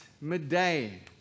Midday